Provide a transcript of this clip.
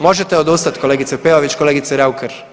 Možete odustati kolegice Peović, kolegice Raukar?